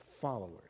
followers